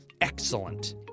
Excellent